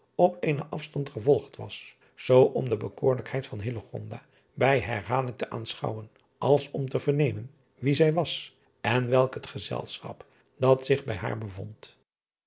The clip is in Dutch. op eenen afstand gevolgd was zoo om de bekoorlijkheid van bij herhaling te aanschouwen als om te vernemen wie zij was en welk het gezelschap dat zich bij haar bevond